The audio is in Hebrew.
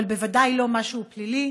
אבל בוודאי לא משהו פלילי.